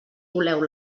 coleu